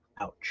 Ouch